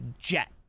jet